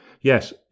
Yes